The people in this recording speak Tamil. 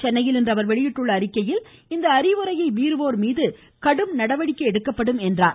சென்னையில் இன்று அவர் வெளியிட்டுள்ள அறிக்கையில் இந்த அறிவுரையை மீறுவோர் மீது கடும் நடவடிக்கை எடுக்கப்படும் என்றார்